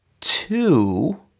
Two